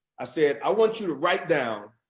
i said i want you to write down